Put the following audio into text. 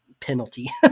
penalty